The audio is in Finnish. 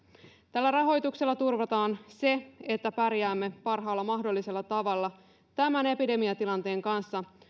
tällä rahoituksella turvataan se että pärjäämme parhaalla mahdollisella tavalla tämän epidemiatilanteen kanssa